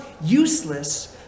useless